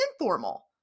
informal